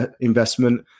investment